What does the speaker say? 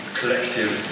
collective